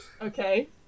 Okay